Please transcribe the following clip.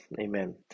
Amen